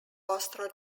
austro